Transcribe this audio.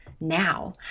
now